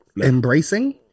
embracing